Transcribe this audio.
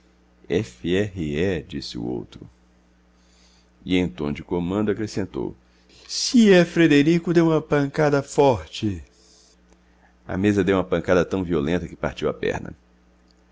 r e disse o outro e em tom de comando acrescentou se é frederico dê uma pancada forte a mesa deu uma pancada tão violenta que partiu a perna